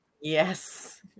Yes